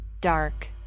dark